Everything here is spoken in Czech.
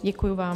Děkuji vám.